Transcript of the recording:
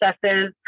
processes